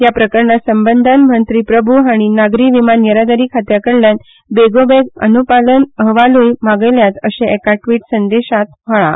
हे प्रकरणा सबंदान मंत्री प्रभू हांणी नागरी विमान येरादारी खात्या कडल्यान बेगोबेग अनुपालन अहवालयू मागयल्यात अशें एका ट्रिट संदेशतां म्हळां